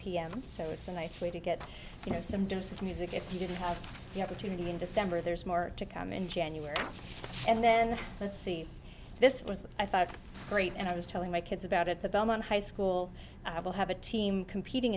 pm so it's a nice way to get you know some dreams of music if you didn't have the opportunity in december there's more to come in january and then let's see this was i thought great and i was telling my kids about it the belmont high school i will have a team competing